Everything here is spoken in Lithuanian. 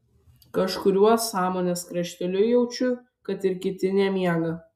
kažkuriuo sąmonės krašteliu jaučiu kad ir kiti nemiega